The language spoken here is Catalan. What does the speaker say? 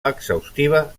exhaustiva